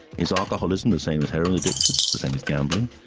is alcoholism the same as heroin addiction, the same as gambling?